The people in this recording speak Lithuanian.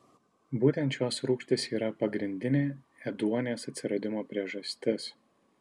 būtent šios rūgštys yra pagrindinė ėduonies atsiradimo priežastis